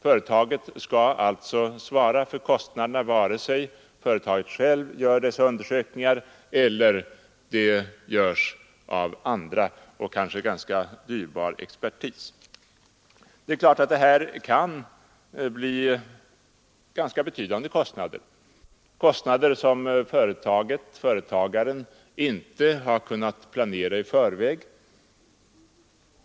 Företaget skall alltså svara för kostnaderna, vare sig dessa undersökningar görs av företaget självt eller av andra — kanske av dyrbar expertis. Det är klart att det här kan bli ganska betydande, t.o.m. oskäligt höga kostnader, som företagaren inte har kunnat planera i förväg.